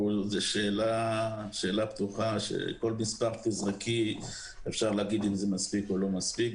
זו שאלה פתחה שכל מספר שתזרקי אפשר לומר אם הוא מספיק או לא מספיק.